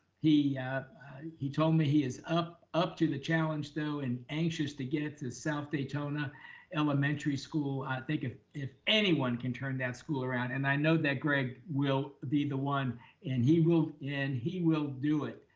he he told me he is up up to the challenge though and anxious to get it to south daytona elementary school. i think if if anyone can turn that school around and i know that greg will be the one and he will, and he will do it,